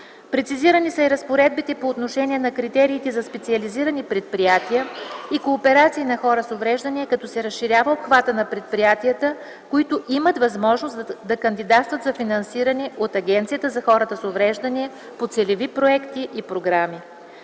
Прецизирани са и разпоредбите по отношение на критериите за специализирани предприятия и кооперации на хора с увреждания, като се разширява обхватът на предприятията, които имат възможност да кандидатстват за финансиране от Агенцията за хората с увреждания по целеви проекти и програми.